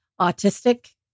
autistic